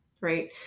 Right